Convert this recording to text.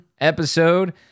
episode